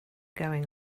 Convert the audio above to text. going